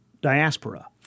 diaspora